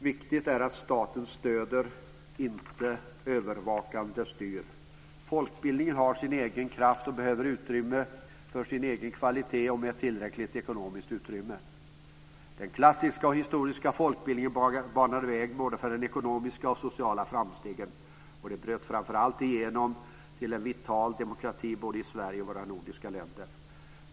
Viktigt är att staten stöder - inte övervakande styr. Folkbildningen har sin egen kraft och behöver utrymme för sin egen kvalitet och med ett tillräckligt ekonomiskt utrymme. Den klassiska och historiska folkbildningen banade väg för både ekonomiska och sociala framsteg, och den bröt framför allt igenom till en vital demokrati i både Sverige och våra nordiska länder.